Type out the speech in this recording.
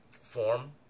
form